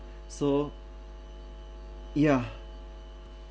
so yeah